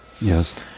Yes